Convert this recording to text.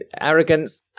arrogance